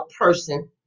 person